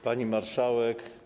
Pani Marszałek!